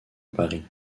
paris